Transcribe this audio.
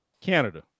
Canada